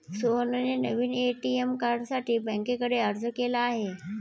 सोहनने नवीन ए.टी.एम कार्डसाठी बँकेकडे अर्ज केला आहे